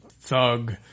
thug